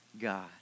God